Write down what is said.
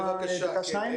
בבקשה, כן.